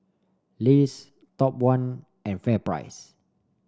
Lays Top One and FairPrice